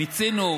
מיצינו.